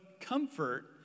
comfort